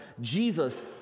Jesus